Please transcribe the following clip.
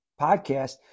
podcast